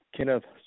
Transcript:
Kenneth